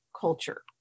culture